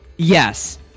Yes